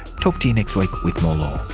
talk to you next week with more law